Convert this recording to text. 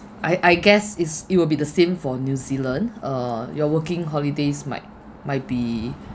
I I guess it's it will be the same for new zealand uh your working holidays might might be